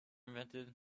invented